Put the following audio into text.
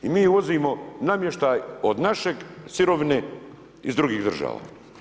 I mi uvozimo namještaj od naše sirovine iz drugih država.